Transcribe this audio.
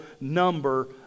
number